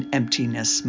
emptiness